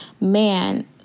man